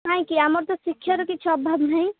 କାହିଁକି ଆମର ତ ଶିକ୍ଷାର କିଛି ଅଭାବ ନାହିଁ